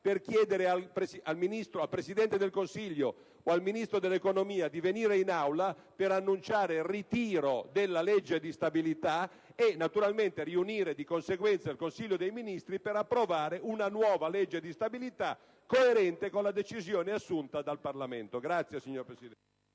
per chiedere al Presidente del Consiglio o al Ministro dell'economia di venire in Aula per annunciare il ritiro della legge di stabilità e, naturalmente, di riunire di conseguenza il Consiglio dei ministri per approvare una nuova legge di stabilità coerente con la decisione assunta dal Parlamento. *(Applausi dal